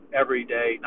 everyday